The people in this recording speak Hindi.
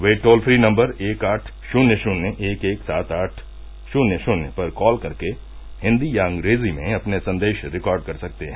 वे टोल फ्री नम्बर एक आठ शुन्य शुन्य एक एक सात आठ शुन्य शुन्य पर कॉल करके हिन्दी या अंग्रेजी में अपने संदेश रिकॉर्ड कर सकते हैं